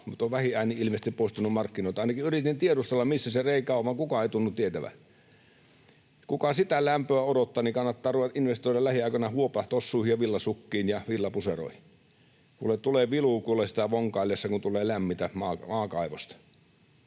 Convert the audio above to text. mutta on vähin äänin ilmeisesti poistunut markkinoilta. Yritin tiedustella, missä se reikä on, vaan kukaan ei tunnu tietävän. Kuka sitä lämpöä odottaa, niin kannattaa investoida lähiaikoina huopatossuihin ja villasukkiin ja villapuseroihin. Tulee, kuule, vilu sitä vonkaillessa, kun tulee lämmintä maakaivosta.